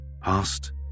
past